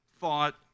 thought